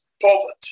poverty